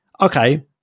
Okay